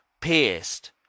pierced